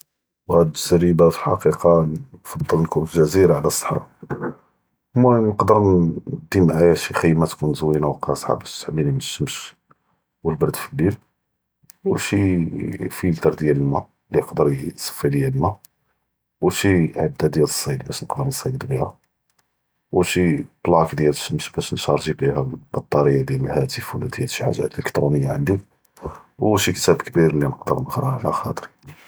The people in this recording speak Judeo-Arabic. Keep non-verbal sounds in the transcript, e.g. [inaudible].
[unintelligible] חקיקה נפעל ניכון פג’זירה עלא אלסהרה, אלמוהם נקדר נדיר מעאיה שי חימה תיכון זוינה ו קשחה באש תחמיני מן אלשמש, ו אלברד פלאליל, ו שי פילטר דיאל אלמא, לי יידר ייצ’פי ליא אלמא, ו שי עדה דיאל אלציד באש נקדר נציד ביהא, ו שי בלאק דיאל אלשמש באש נשארג’י ביהא בטאריה דיאל אלטלפון ולא שי אלקטרוניאת לי ענדי ו שי כתאב כביר לי נקדר